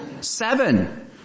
Seven